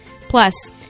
Plus